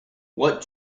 what